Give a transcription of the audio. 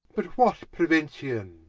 but what preuention?